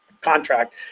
contract